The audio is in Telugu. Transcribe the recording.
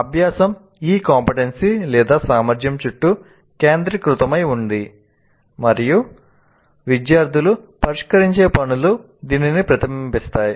అభ్యాసం ఈ CO సామర్థ్యం చుట్టూ కేంద్రీకృతమై ఉంది మరియు విద్యార్థులు పరిష్కరించే పనులు దీనిని ప్రతిబింబిస్తాయి